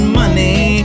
money